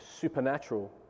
supernatural